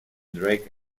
drake